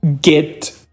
get